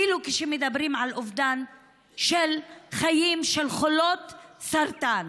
אפילו כשמדברים על אובדן של חיים, של חולות סרטן.